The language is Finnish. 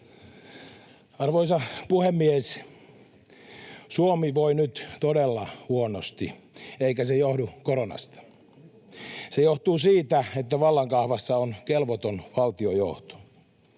Arvoisa puhemies! Suomi voi nyt todella huonosti, eikä se johdu koronasta. Se johtuu siitä, että vallankahvassa on kelvoton valtiojohto.